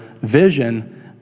vision